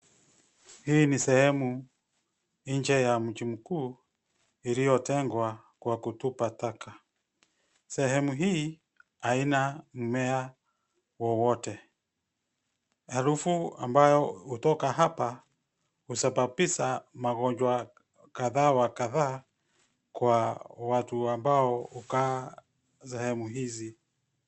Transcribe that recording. Hii ni sehemu nje ya mji mkuu iliyotengwa kwa kutupwa taka. Sehemu hii haina mmea wowote. Harufu ambayo hutoka hapa husababisha magojwa kadhaa wa kadhaa kwa watu ambao hukaa sehemu hizi.